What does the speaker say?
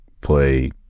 play